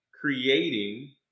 creating